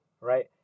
right